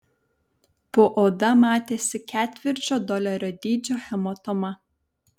po oda matėsi ketvirčio dolerio dydžio hematoma